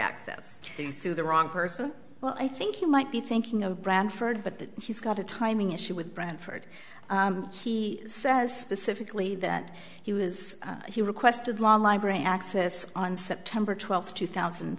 access to the wrong person well i think you might be thinking of branford but she's got a timing issue with branford he says specifically that he was he requested long library access on september twelfth two thousand